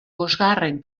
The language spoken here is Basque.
bosgarren